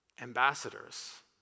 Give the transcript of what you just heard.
Ambassadors